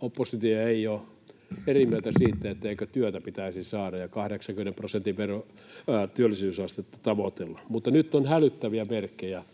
Oppositio ei ole eri mieltä siitä, etteikö työtä pitäisi saada ja 80 prosentin työllisyysastetta tavoitella, mutta nyt on hälyttäviä merkkejä